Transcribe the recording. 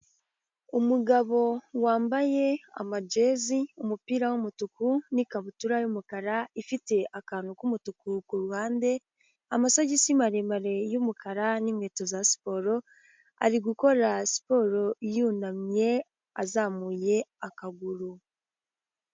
Umugabo wambaye amajezi, umupira w'umutuku, n'ikabutura y'umukara ifite akantu k'umutuku ku ruhande, amasogisi maremare y'umukara n'inkweto za siporo, ari gukora siporo yunamye azamuye akaguru.